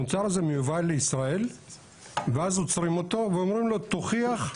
המוצר הזה מיובא לישראל ואז עוצרים אותו ואומרים לו תוכיח?